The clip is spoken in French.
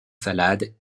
salades